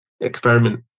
experiment